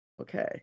Okay